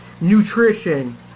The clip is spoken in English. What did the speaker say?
nutrition